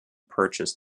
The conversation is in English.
purchase